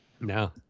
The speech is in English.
No